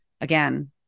again